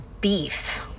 Beef